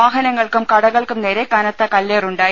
വാഹനങ്ങൾക്കും കട കൾക്കും നേരെ കനത്ത കല്ലേറുണ്ടായി